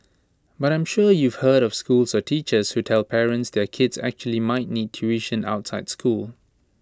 but I'm sure you've heard of schools or teachers who tell parents their kids actually might need tuition outside school